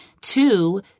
Two